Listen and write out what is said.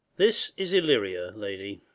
this is illyria, lady.